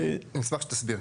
אני אשמח שתסביר.